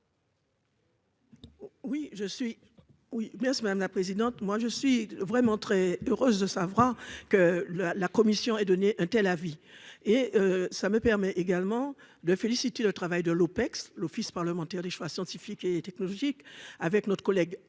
Oui, je suis oui merci madame la présidente, moi je suis vraiment très heureuse de ça fera que la la commission donné un tel vie et ça me permet également de féliciter de travail de l'Opecst l'Office parlementaire des choix scientifiques et technologiques avec notre collègue